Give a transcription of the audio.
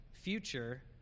future